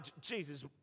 Jesus